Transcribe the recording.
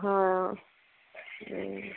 হয় অঁ